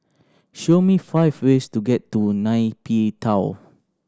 show me five ways to get to Nay Pyi Taw